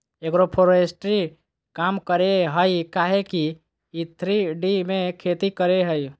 agroforestry काम करेय हइ काहे कि इ थ्री डी में खेती करेय हइ